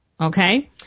okay